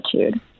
attitude